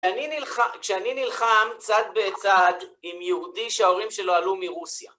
כשאני נלחם צד בצד עם יהודי שההורים שלו עלו מרוסיה.